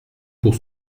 pour